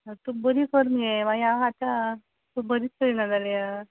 तूं बरी कर मगे मागीर हांव खाता तूं बरीत करिना जाल्यार